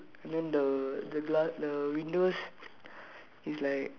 blue like light blue and then the the glass the windows